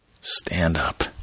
stand-up